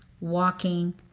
walking